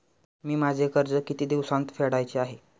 मी माझे कर्ज किती दिवसांत फेडायचे आहे?